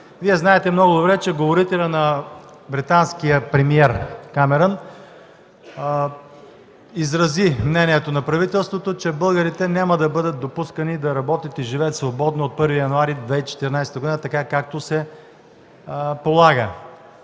Вие знаете много добре, че говорителят на британския премиер Камерън изрази мнението на правителството, че българите няма да бъдат допускани да работят и живеят свободно от 1 януари 2014 г., така както се полага.